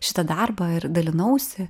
šitą darbą ir dalinausi